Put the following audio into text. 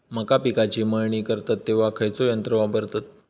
मका पिकाची मळणी करतत तेव्हा खैयचो यंत्र वापरतत?